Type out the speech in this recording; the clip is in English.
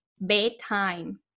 bedtime